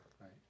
Right